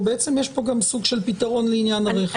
בעצם יש פה גם סוג של פתרון לעניין הרכב?